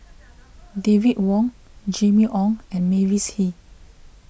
David Wong Jimmy Ong and Mavis Hee